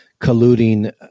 colluding